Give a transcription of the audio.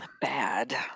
Bad